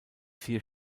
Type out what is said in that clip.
vier